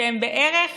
שהם בערך